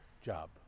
job